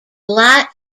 light